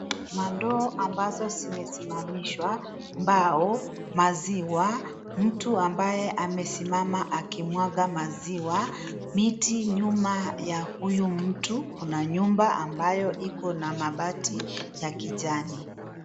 Mandoo ambazo zimesimamishwa, mbao, maziwa, mtu ambaye amesimama akimwaga maziwa, miti nyuma ya huyu mtu kuna nyumba ambayo iko na mabati ya kijani.